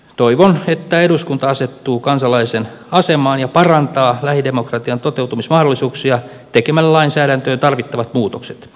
toivon että eduskunta asettuu kansalaisen asemaan ja parantaa lähidemokratian toteutumismahdollisuuksia tekemällä lainsäädäntöön tarvittavat muutokset